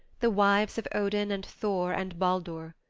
the wives of odin and thor and baldur.